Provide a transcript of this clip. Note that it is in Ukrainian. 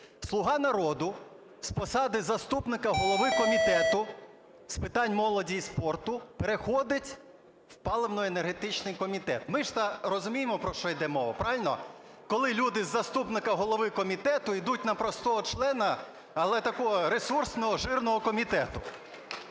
"слуга народу" з посади заступника голови Комітету з питань молоді і спорту переходить в паливно-енергетичний комітет. Ми ж то розуміємо, про що йде мова, – правильно? – коли люди із заступника голови комітету йдуть на простого члена, але такого ресурсного, "жирного" комітету.